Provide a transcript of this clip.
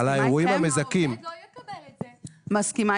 מסכימה